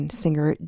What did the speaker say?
singer